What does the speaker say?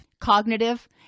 cognitive